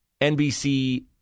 nbc